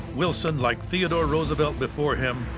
wilson, like theodore roosevelt before him,